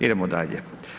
Idemo dalje.